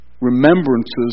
remembrances